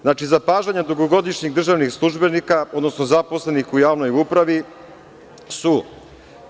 Znači, zapažanja dugogodišnjih državnih službenika, odnosno zaposlenih u javnoj upravi su sledeća.